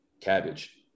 Cabbage